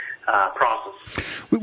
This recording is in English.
process